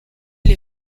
les